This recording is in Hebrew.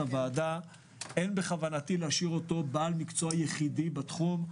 אין בכוונתי להשאיר אותו בעל מקצועי יחידי בתחום.